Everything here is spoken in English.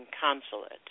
Consulate